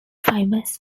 fibers